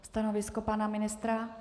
Stanovisko pana ministra?